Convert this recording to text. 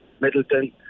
Middleton